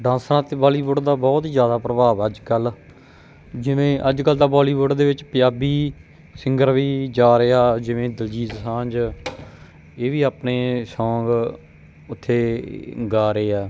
ਡਾਸਾਂ ਅਤੇ ਬੋਲੀਵੁੱਡ ਦਾ ਬਹੁਤ ਹੀ ਜ਼ਿਆਦਾ ਪ੍ਰਭਾਵ ਅੱਜ ਕੱਲ੍ਹ ਜਿਵੇਂ ਅੱਜ ਕੱਲ੍ਹ ਤਾਂ ਬੋਲੀਵੁੱਡ ਦੇ ਵਿੱਚ ਪੰਜਾਬੀ ਸਿੰਗਰ ਵੀ ਜਾ ਰਿਹਾ ਜਿਵੇਂ ਦਿਲਜੀਤ ਦੋਸਾਂਝ ਇਹ ਵੀ ਆਪਣੇ ਸੌਂਗ ਉੱਥੇ ਗਾ ਰਹੇ ਆ